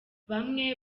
bamwe